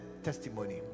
testimony